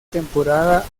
temporada